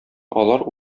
алар